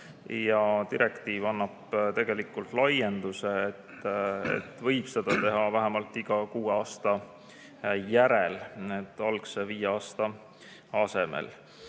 Ja direktiiv annab tegelikult laienduse, et seda võib teha vähemalt iga kuue aasta järel algse viie aasta asemel.